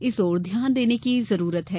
इस ओर ध्यान देने की जरूरत है